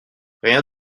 rien